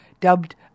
Dubbed